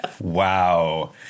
Wow